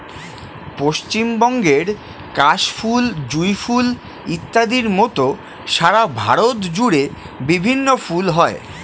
পশ্চিমবঙ্গের কাশ ফুল, জুঁই ফুল ইত্যাদির মত সারা ভারত জুড়ে বিভিন্ন ফুল হয়